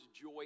joy